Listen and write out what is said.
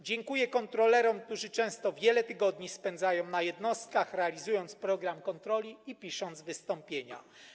Dziękuję kontrolerom, którzy często wiele tygodni spędzają w jednostkach, realizując program kontroli i pisząc wystąpienia.